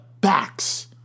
backs